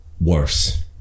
Worse